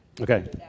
Okay